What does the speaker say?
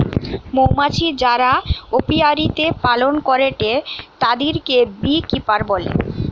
মৌমাছি যারা অপিয়ারীতে পালন করেটে তাদিরকে বী কিপার বলে